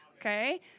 Okay